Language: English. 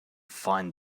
find